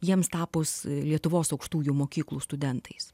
jiems tapus lietuvos aukštųjų mokyklų studentais